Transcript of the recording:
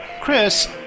Chris